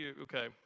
okay